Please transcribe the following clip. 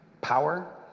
power